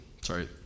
sorry